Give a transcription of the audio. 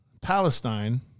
Palestine